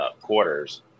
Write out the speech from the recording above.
quarters